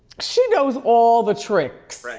she knows all the tricks,